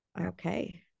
okay